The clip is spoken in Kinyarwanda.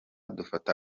dufata